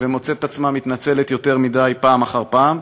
ומוצאת את עצמה מתנצלת יותר מדי, פעם אחר פעם.